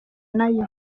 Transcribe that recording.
nayo